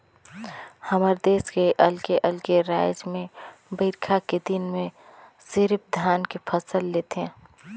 हमर देस के अलगे अलगे रायज में बईरखा के दिन में सिरिफ धान के फसल ले थें